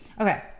Okay